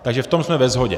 Takže v tom jsme ve shodě.